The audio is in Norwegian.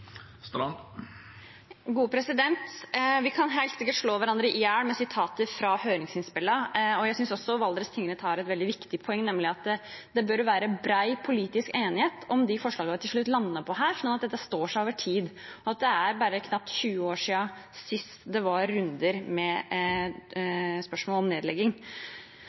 Vi kan helt sikkert slå hverandre i hjel med sitater fra høringsinnspillene, og jeg synes også Valdres tingrett har et veldig viktig poeng, nemlig at det bør være bred politisk enighet om de forslagene vi til slutt lander på, sånn at dette står seg over tid. Det er knapt 20 år siden sist det var runder med spørsmål om nedlegging.